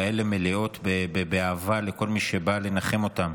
כאלה מלאות אהבה לכל מי שבא לנחם אותן.